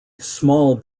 small